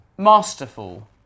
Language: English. Masterful